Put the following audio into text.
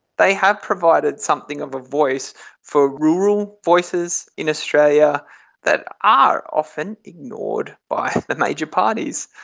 they have provided something of a voice for rural voices in australia that are often ignored by the major parties.